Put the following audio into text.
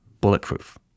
bulletproof